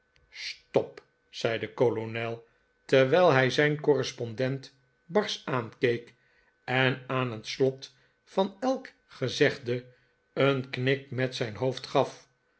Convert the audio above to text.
stop zei de kolonel terwijl hij zijn correspondent barsch aankeek en aan het slot van elk gezegde een knik met zijn hoofd gaf